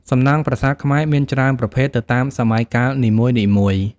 សំណង់ប្រាសាទខ្មែរមានច្រើនប្រភេទ ទៅតាមសម័យកាលនីមួយៗ។